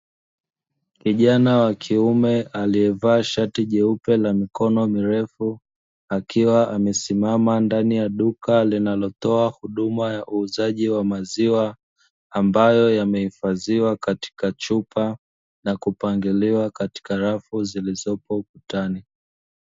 Kijana wa kiume alievaa shati jeupe la mikono mirefu, akiwa amesimama ndani ya duka linalotoa huduma ya uuzaji wa maziwa ambayo yameifadhiwa katika chupa na kupangiliwa katika rafu zilizopo ukutani.